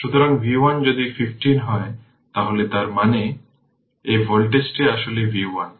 সুতরাং v 1 যদি 15 হয় তাহলে তার মানে এই ভোল্টেজটি আসলে v 1